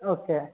okay